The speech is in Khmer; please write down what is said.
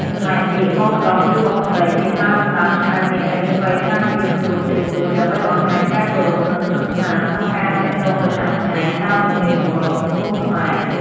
ចំណែកពាក្យ បងប្រុស ឬ បងស្រី គេប្រើសម្រាប់ហៅអ្នកដែលមានវ័យច្រើនជាងខ្លួនតិចតួច ដើម្បីបង្ហាញការគោរព និងស្និទ្ធស្នាលក្នុងការទាក់ទងប្រចាំថ្ងៃ តាមទំនៀមទម្លាប់សង្គមខ្មែរ។